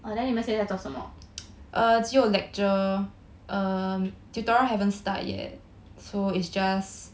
!wah! then 你们现在做什么